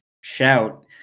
shout